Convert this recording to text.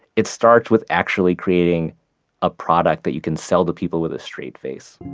it starts with actually creating a product that you can sell to people with a straight face